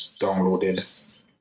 downloaded